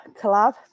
collab